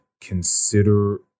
consider